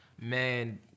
Man